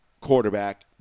quarterback –